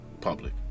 public